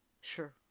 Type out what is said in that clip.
Sure